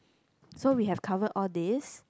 so we have covered all these